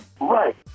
Right